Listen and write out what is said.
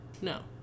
No